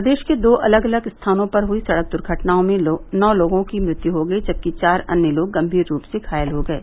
प्रदेश के दो अलग अलग स्थानों पर हुयी सड़क दुर्घटनाओं में नौ लोगों की मृत्यु हो गयी जबकि चार अन्य लोग गम्भीर रूप से घायल हो गये